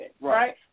right